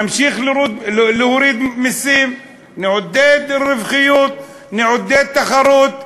נמשיך להוריד מסים, נעודד רווחיות, נעודד תחרות.